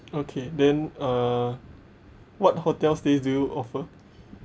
okay then uh what hotel stays do you offer